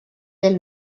veel